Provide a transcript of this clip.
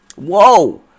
Whoa